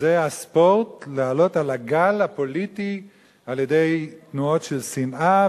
וזה הספורט לעלות על הגל הפוליטי על-ידי תנועות של שנאה,